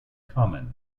common